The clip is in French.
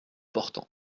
portant